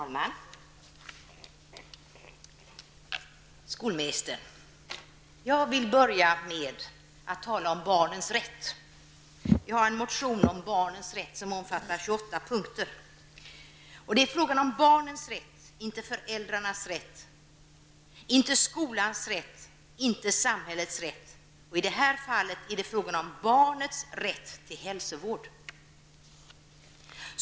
Fru talman! Skolministern! Jag vill börja med att tala om barnens rätt. Vi har skrivit en motion om barnens rätt som omfattar 28 punkter. Det är fråga om barnens rätt, inte föräldrarnas rätt, inte skolans rätt och inte samhällets rätt. I det här fallet är det fråga om barnens rätt till hälsovård.